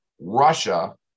Russia